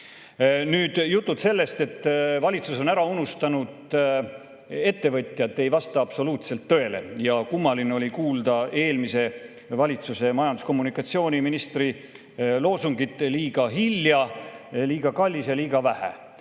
Jutud sellest, et valitsus on ära unustanud ettevõtjad, ei vasta absoluutselt tõele. Kummaline oli kuulda eelmise valitsuse majandus‑ ja kommunikatsiooniministri loosungit "Liiga hilja, liiga kallis ja liiga vähe".